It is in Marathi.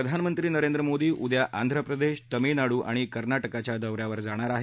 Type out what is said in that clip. प्रधानमंत्री नरेंद्र मोदी उद्या आंध्रप्रदेश तामिळनाडू आणि कर्नाटकच्या दौ यावर जाणार आहेत